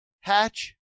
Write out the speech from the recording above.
Hatch